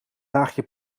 laagje